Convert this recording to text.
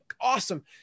awesome